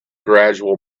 gradual